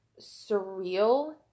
surreal